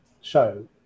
show